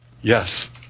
yes